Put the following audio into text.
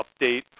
update